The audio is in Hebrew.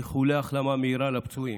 איחולי החלמה מהירה לפצועים,